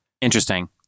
Interesting